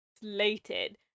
slated